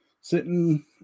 sitting